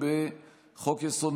טסלר,